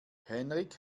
henrik